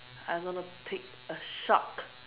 I'm gonna pick a shark